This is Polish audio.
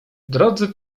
drodzy